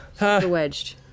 wedged